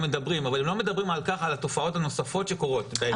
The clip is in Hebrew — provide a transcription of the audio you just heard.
הם מדברים אבל הם לא מדברים על התופעות הנוספות שקורות.